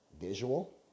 visual